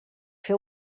fer